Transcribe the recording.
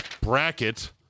Bracket